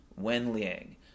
Wenliang